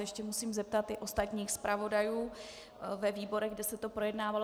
Ještě se musím zeptat i ostatních zpravodajů ve výborech, kde se to projednávalo.